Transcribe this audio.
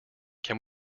can